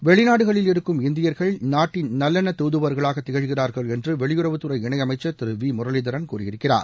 வெளிநாடுகளில் இருக்கும் இந்தியா்கள் நாட்டின் நல்லெண்ணத் தூதுவா்களாக திகழ்கிறா்கள் என்று வெளியுறவுத் துறை இணை அமைச்சர் திரு வி முரளிதரன் கூறியிருக்கிறார்